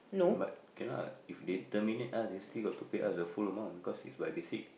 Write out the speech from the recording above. but cannot if they terminate us they still got to pay us the full amount because is by basic